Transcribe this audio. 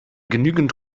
genügend